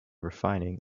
refining